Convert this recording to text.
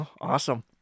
Awesome